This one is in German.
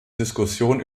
diskussion